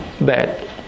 bad